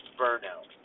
burnout